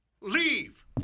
Leave